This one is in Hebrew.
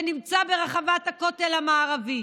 שנמצא ברחבת הכותל המערבי,